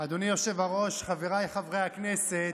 אדוני היושב-ראש, חבריי חברי הכנסת,